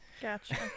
Gotcha